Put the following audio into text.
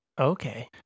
okay